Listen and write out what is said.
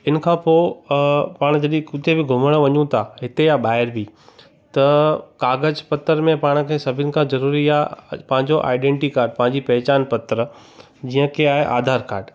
इन खां पोइ पाण जॾहिं किथे बि घुमणु वञूं था हिते या ॿाहिरि बि त कागज पत्र में पाण खे सभिनि खां ज़रूरी आहे पंहिंजो आइडेंटी कार्ड पंहिंजी पहचान पत्र जीअं कि आहे आधार कार्ड